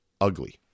ugly